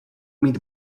mít